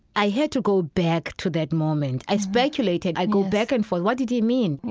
i had to go back to that moment. i speculated. i go back and forth, what did he mean?